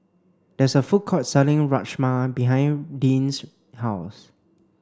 there is a food court selling Rajma behind Dean's house